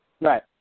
right